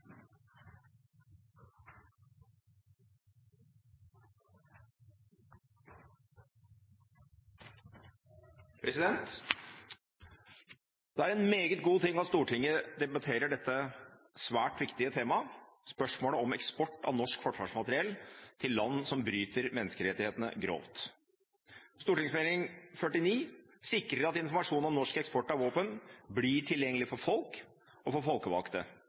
Det er en meget god ting at Stortinget debatterer dette svært viktige temaet, spørsmålet om eksport av norsk forsvarsmateriell til land som bryter menneskerettighetene grovt. Meld. St. 49 for 2012–2013 sikrer at informasjon om norsk eksport av våpen blir tilgjengelig for folk og for